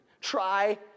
try